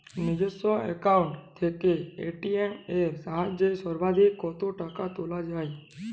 নিজস্ব অ্যাকাউন্ট থেকে এ.টি.এম এর সাহায্যে সর্বাধিক কতো টাকা তোলা যায়?